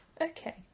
okay